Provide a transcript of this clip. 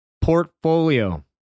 Portfolio